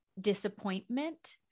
disappointment